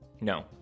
no